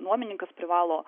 nuomininkas privalo